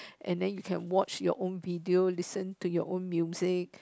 and then you can watch your own video listen to your own music